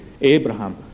Abraham